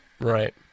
Right